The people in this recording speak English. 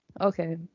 Okay